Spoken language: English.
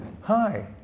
Hi